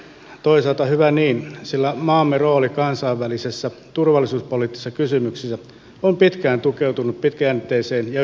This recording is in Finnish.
toisaalta hyvä niin sillä maamme rooli kansainvälisissä turvallisuuspoliittisissa kysymyksissä on pitkään tukeutunut pitkäjänteiseen ja yhdensuuntaiseen toimintaan